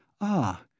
Ah